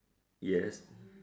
yes